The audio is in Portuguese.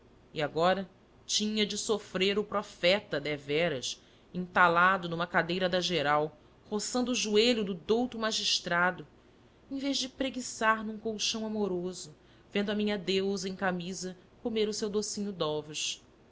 e agora tinha de sofrer o profeta deveras entalado numa cadeira da geral roçando o joelho do douto magistrado em vez de preguiçar num colchão amoroso vendo a minha deusa em camisa comer o seu docinho